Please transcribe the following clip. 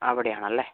അവിടെയാണല്ലേ